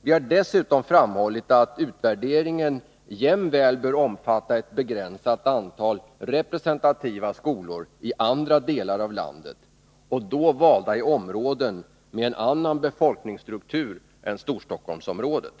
Vi har dessutom framhållit att utvärderingen jämväl bör omfatta ett begränsat antal representativa skolor i andra delar av landet och då valda i områden med en annan befolkningsstruktur än Storstockholmsområdet.